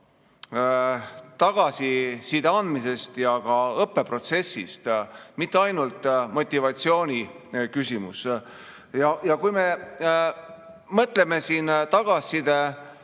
tagasiside andmisest ja ka õppeprotsessist, mitte ainult motivatsiooniküsimus. Kui me mõtleme tagasiside